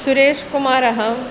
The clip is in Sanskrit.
सुरेश्कुमारः